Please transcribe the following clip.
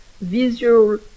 visual